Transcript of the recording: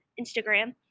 Instagram